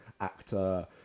actor